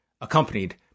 accompanied